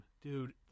Dude